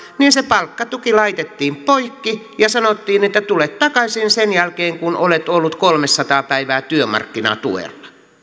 niin se palkkatuki laitettiin poikki ja sanottiin että tule takaisin sen jälkeen kun olet ollut kolmesataa päivää työmarkkinatuella